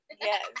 Yes